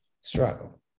struggle